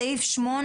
בסעיף 8,